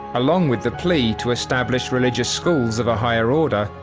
along with the plea to establish religious schools of a higher order,